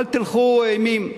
אל תהלכו אימים.